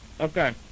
okay